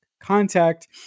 contact